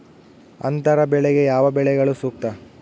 ಅಂತರ ಬೆಳೆಗೆ ಯಾವ ಬೆಳೆಗಳು ಸೂಕ್ತ?